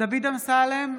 דוד אמסלם,